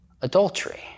adultery